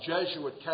Jesuit